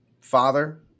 Father